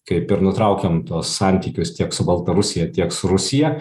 kaip ir nutraukiam tuos santykius tiek su baltarusija tiek su rusija